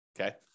Okay